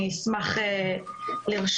אני אשמח לרשום,